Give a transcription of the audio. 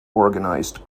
organized